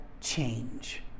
change